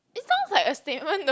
it sounds like a statement though